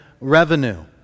revenue